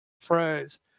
phrase